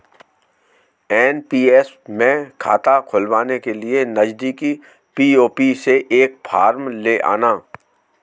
NPS में खाता खुलवाने के लिए नजदीकी पी.ओ.पी से एक फॉर्म ले आना